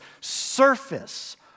surface